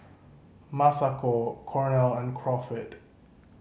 Masako Cornel and Crawford